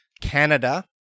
Canada